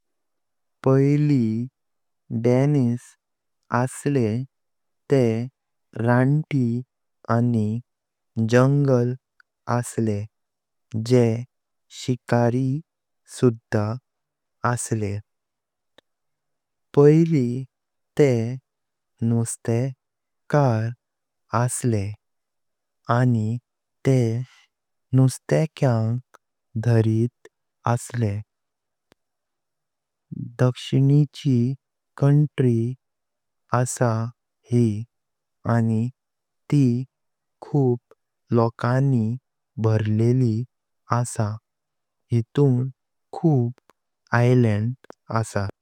पहिली दाणेस असले ते रंती आणि जंगल असले जे शिकारी सुधा असले। पहिली ते नुस्तेकर असले आणि ते नुस्त्याकांग धरित असले। दक्षिणाची कंट्री आसा यी आणि ती खूप लोकांनी भरलिली आसा। येतून खूप आयलैंड असात।